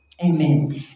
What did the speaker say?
Amen